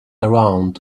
around